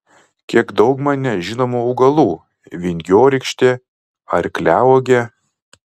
kiek daug man nežinomų augalų vingiorykštė arkliauogė